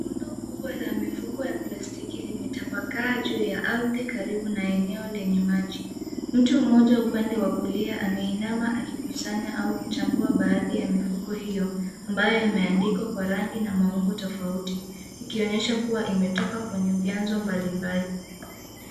Rundo kubwa la mifuko ya plastiki limetapakaa juu ya ardhi karibu na eneo lenye maji. Mtu mmoja upande wa kulia ameinama akikusanya au kuchambua baadhi ya mifuko hiyo ambayo imeandikwa kwa rangi na maumbo tofauti ikionyesha kuwa imetoka kwenye vyanzo mbalimbali.